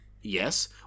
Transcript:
Yes